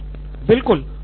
निथिन कुरियन बिल्कुल